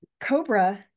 Cobra